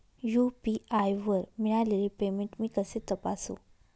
UPI वर मिळालेले payment मी कसे तपासू?